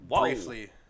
Briefly